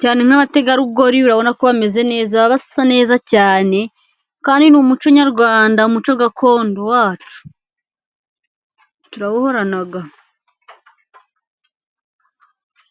cyane. Nk’abategarugori, urabona ko bameze neza, baba basa neza cyane. Kandi ni umuco nyarwanda, umuco gakondo wacu, turawuhorana.